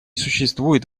существует